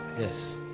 yes